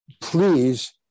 please